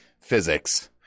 Physics